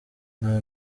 nta